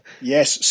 Yes